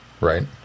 right